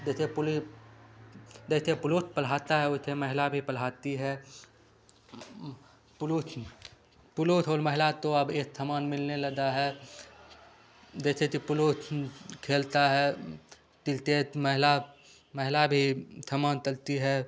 दैसे पुली दैथे पुलुथ पल्हाता है वैथे महिला भी पल्हाती है पुलुथ पुलुथ औल महिला तो अब एत थमान मिलने लदा है दैथे ति पुलुथ खेलता है तिलतेत महिला महिला भी थमान तलती है